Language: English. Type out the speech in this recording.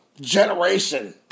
generation